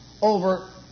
over